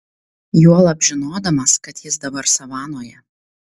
juolab žinodamas kad jis dabar savanoje